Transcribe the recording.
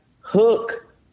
Hook